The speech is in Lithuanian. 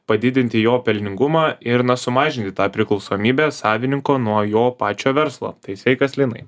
padidinti jo pelningumą ir na sumažinti tą priklausomybę savininko nuo jo pačio verslo tai sveikas linai